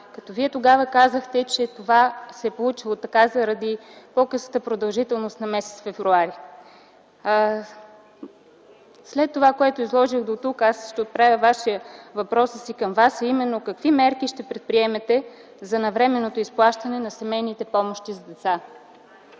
март. Вие тогава казахте, че това се е получило заради по-късата продължителност на м. февруари. След това, което изложих дотук, ще отправя въпроса си към Вас: какви мерки ще предприемете за навременното изплащане на семейните помощи за деца?